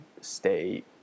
stay